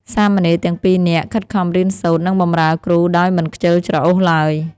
សាមណេរទាំងពីរនាក់ខិតខំរៀនសូត្រ និងបម្រើគ្រូដោយមិនខ្ជិលច្រអូសឡើយ។